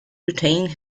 retained